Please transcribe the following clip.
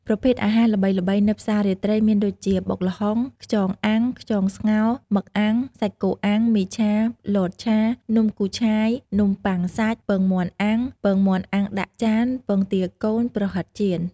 ប្រភេទអាហារល្បីៗនៅផ្សាររាត្រីមានដូចជា បុកល្ហុង ខ្យងអាំង ខ្យងស្ងោរ មឹកអាំង សាច់គោអាំង មីឆា លតឆា នំគូឆាយ នំប៉័ងសាច់ ពងមាន់អាំង ពងមាន់អាំងដាក់ចាន ពងទាកូន ប្រហិតចៀន។